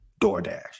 DoorDash